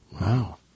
Wow